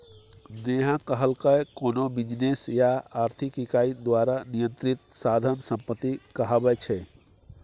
नेहा कहलकै कोनो बिजनेस या आर्थिक इकाई द्वारा नियंत्रित साधन संपत्ति कहाबै छै